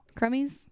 Crummies